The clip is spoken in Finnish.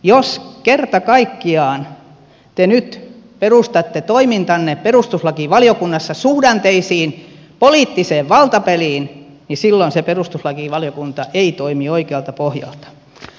jos te kerta kaikkiaan nyt perustatte toimintanne perustuslakivaliokunnassa suhdanteisiin poliittiseen valtapeliin niin silloin se perustuslakivaliokunta ei toimi oikealta pohjalta